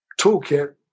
toolkit